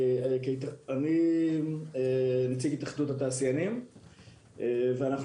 אני מייצג את התאחדות התעשיינים ואנחנו